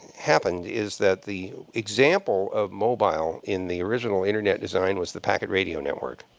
happened is that the example of mobile in the original internet design was the packet radio network.